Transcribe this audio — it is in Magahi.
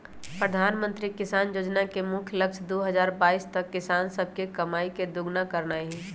प्रधानमंत्री किसान जोजना के मुख्य लक्ष्य दू हजार बाइस तक किसान सभके कमाइ के दुगुन्ना करनाइ हइ